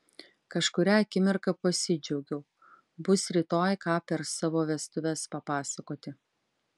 kažkurią akimirką pasidžiaugiau bus rytoj ką per savo vestuves papasakoti